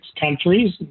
countries